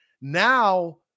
Now